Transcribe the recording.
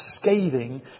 scathing